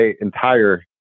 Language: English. entire